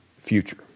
future